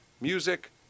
music